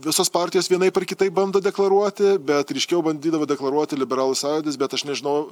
visos partijos vienaip ar kitaip bando deklaruoti bet ryškiau bandydavo deklaruoti liberalų sąjūdis bet aš nežinau